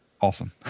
awesome